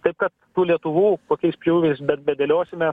taip kad lietuvų kokiais pjūviais bet bedėliosime